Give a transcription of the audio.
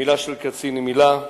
מלה של קצין היא מלה,